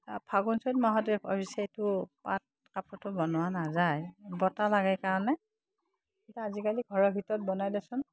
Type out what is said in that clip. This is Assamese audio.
ফাগুন চ'ত মাহতে অৱশ্যে সেইটো পাট কাপোৰটো বনোৱা নাযায় বতাহ লাগে কাৰণে এতিয়া আজিকালি ঘৰৰ ভিতৰত বনাই দেচোন